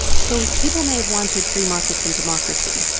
so people may have wanted free markets and democracy,